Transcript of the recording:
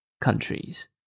countries